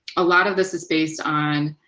a lot of this is based on